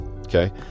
okay